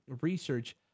research